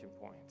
point